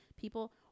people